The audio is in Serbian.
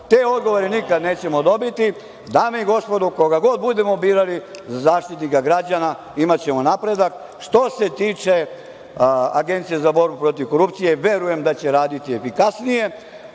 Te odgovore nikada nećemo dobiti. Dame i gospodo, koga god budemo birali za Zaštitnika građana imaćemo napredak. Što se tiče Agencije za borbu protiv korupcije, verujem da će raditi efikasnije,